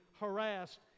harassed